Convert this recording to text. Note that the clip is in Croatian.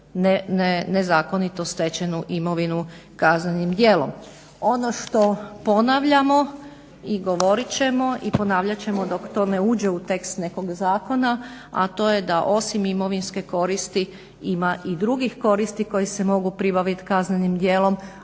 nezakonito stečenu imovinu kaznenim djelom. Ono što ponavljamo i govorit ćemo i ponavljat ćemo dok to ne uđe u tekst nekog zakona, a to je da osim imovinske koristi ima i drugih korist koje se mogu pribavit kaznenim djelom,